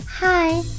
Hi